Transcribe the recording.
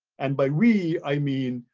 and by we, i mean,